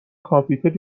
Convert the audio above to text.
کامپیوتر